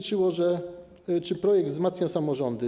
Czy projekt wzmacnia samorządy?